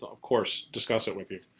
of course, discuss it with you.